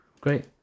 great